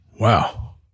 Wow